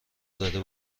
زده